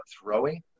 throwing